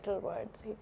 words